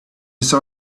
saw